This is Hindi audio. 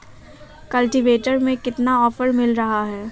कल्टीवेटर में कितना ऑफर मिल रहा है?